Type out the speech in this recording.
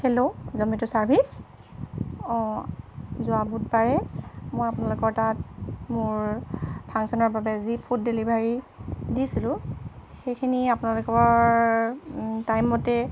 hello Zomato service অঁ যোৱা বুধবাৰে মই আপোনালোকৰ তাত মোৰ ফাংশ্যনৰ বাবে যি ফুড ডেলিভাৰী দিছিলোঁ সেইখিনি আপোনালোকৰ টাইমমতে